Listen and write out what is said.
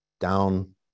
down